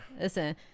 Listen